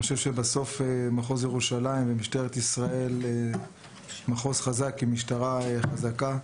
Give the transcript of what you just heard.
אני חושב שבסוף מחוז ירושלים ומשטרת ישראל הם מחוז חזק במשטרה חזקה.